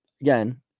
again